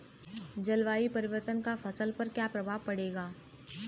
जलवायु परिवर्तन का फसल पर क्या प्रभाव पड़ेगा?